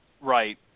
Right